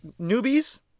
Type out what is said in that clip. newbies